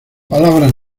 palabras